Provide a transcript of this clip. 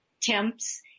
temps